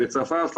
בית צפפא.